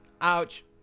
Ouch